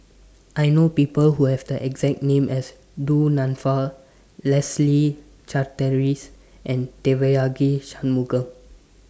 I know People Who Have The exact name as Du Nanfa Leslie Charteris and Devagi Sanmugam